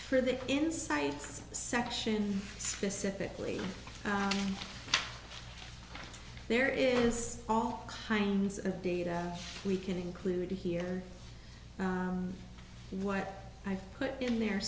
for the insights section specifically there is all kinds of data we can include here what i've put in there